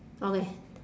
okay